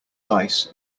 dice